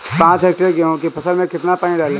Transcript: पाँच हेक्टेयर गेहूँ की फसल में कितना पानी डालें?